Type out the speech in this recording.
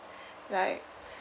like